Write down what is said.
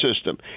system